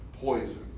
poison